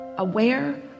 Aware